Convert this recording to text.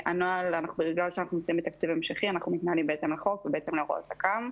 בגלל עושים תקציב המשכי אנחנו מתנהלים בהתאם לחוק ולהוראות תכ"ם.